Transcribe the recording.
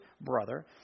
brother